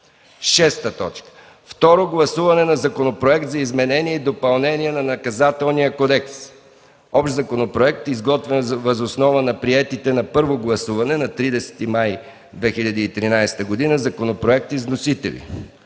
Кутев. 6. Второ гласуване на Законопроект за изменение и допълнение на Наказателния кодекс (Общ законопроект, изготвен въз основа на приетите на първо гласуване на 30 май 2013 г. законопроекти с вносители: